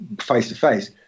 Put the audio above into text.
face-to-face